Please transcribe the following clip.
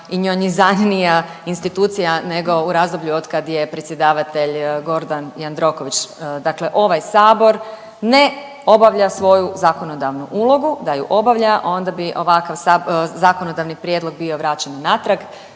i njonjizanija institucija nego u razdoblju od kad je predsjedavatelj Gordan Jandroković. Dakle ovaj Sabor ne obavlja svoju zakonodavnu ulogu, da ju obavlja, onda bi ovakav zakonodavni prijedlog bio vraćen natrag